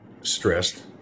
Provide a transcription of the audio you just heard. stressed